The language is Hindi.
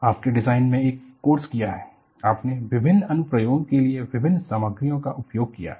आपने डिज़ाइन में एक कोर्स किया है आपने विभिन्न अनुप्रयोगों के लिए विभिन्न सामग्रियों का उपयोग किया है